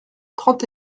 trente